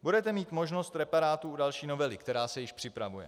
Budete mít možnost reparátu u další novely, která se již připravuje.